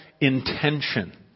intention